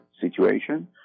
situation